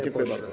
Dziękuję bardzo.